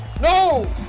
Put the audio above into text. No